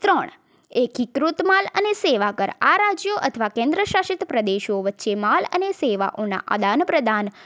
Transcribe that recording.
ત્રણ એકીકૃત માલ અને સેવા કર આ રાજ્યો અથવા કેન્દ્ર શાસિત પ્રદેશો વચ્ચે માલ અને સેવાઓનાં આદાન પ્રદાન